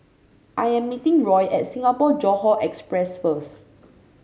I am meeting Roy at Singapore Johore Express first